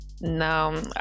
No